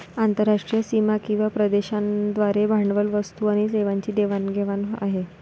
आंतरराष्ट्रीय सीमा किंवा प्रदेशांद्वारे भांडवल, वस्तू आणि सेवांची देवाण घेवाण आहे